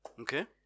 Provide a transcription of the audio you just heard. Okay